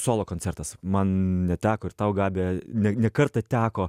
solo koncertas man neteko ir tau gabija ne ne kartą teko